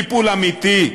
טיפול אמיתי,